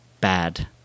bad